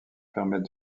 permettent